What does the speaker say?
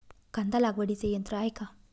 कांदा लागवडीचे यंत्र आहे का?